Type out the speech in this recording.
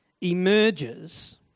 emerges